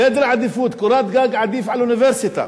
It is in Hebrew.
סדר עדיפויות, קורת גג עדיפה על אוניברסיטה.